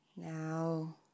Now